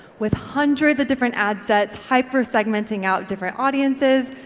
with hundreds of different ad sets, hypersegmenting out different audiences,